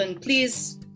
please